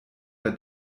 der